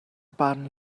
barn